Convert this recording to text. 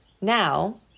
Now